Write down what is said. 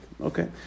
Okay